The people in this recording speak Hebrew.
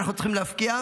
אנחנו צריכים להשקיע.